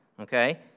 okay